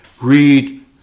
read